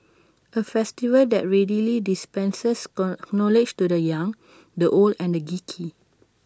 A festival that readily dispenses knowledge to the young the old and the geeky